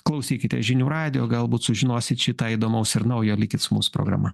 klausykite žinių radijo galbūt sužinosit šį tą įdomaus ir naujo likit su mūsų programa